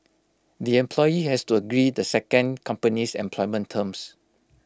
the employee has to agree the second company's employment terms